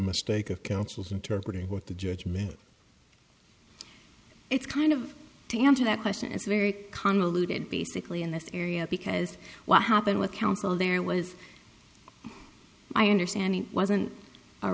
mistake of counsel's interpret what the judge meant it's kind of to answer that question it's very convoluted basically in this area because what happened with counsel there was i understand it wasn't a